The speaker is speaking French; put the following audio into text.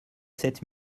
sept